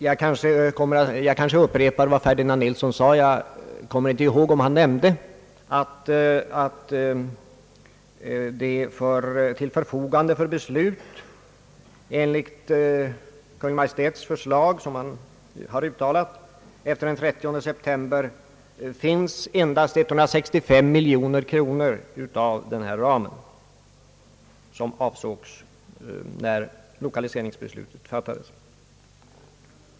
Jag kommer inte ihåg om herr Ferdinand Nilsson nämnde att det till förfogande för beslut enligt Kungl. Maj:ts förslag efter den 30 september finns endast 165 miljoner kronor av den ram som fastställdes när beslutet om lokaliseringslånen fattades.